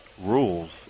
rules